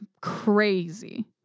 crazy